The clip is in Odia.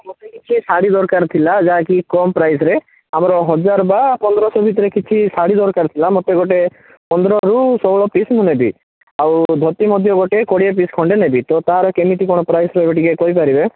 ମୋତେ କିଛି ଶାଢ଼ୀ ଦରକାର ଥିଲା ଯାହାକି କମ୍ ପ୍ରାଇସ୍ରେ ଆମର ହଜାର ବା ପନ୍ଦର ଶହ ଭିତରେ କିଛି ଶାଢ଼ୀ ଦରକାର ଥିଲା ମୋତେ ଗୋଟେ ପନ୍ଦରରୁ ଷୋହଳ ପିସ୍ ନେବି ଆଉ ଧୋତି ମଧ୍ୟ ଗୋଟେ କୋଡ଼ିଏ ପିସ୍ ଖଣ୍ଡେ ନେବି ତ ତାର କେମିତି କ'ଣ ପ୍ରାଇସ୍ ରହିବ ଟିକେ କହିପାରିବେ